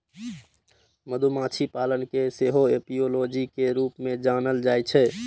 मधुमाछी पालन कें सेहो एपियोलॉजी के रूप मे जानल जाइ छै